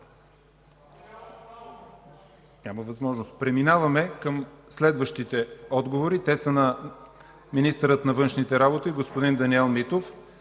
контрол. Преминаваме към следващите отговори. Те са на министъра на външните работи господин Даниел Митов.